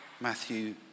Matthew